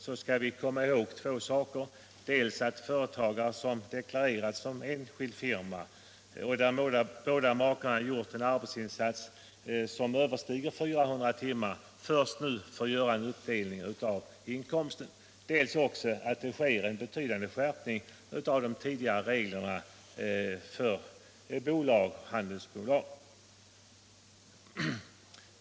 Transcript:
Vi skall då komma ihåg två saker, dels att företagare som deklarerar för enskild firma, och där båda makarna gjort en arbetsinsats som överstiger 400 timmar, först nu får göra en uppdelning av inkomsten, dels också att det sker en betydande skärpning av tidigare regler för bolag och handelsbolag.